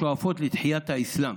השואפות לתחיית האסלאם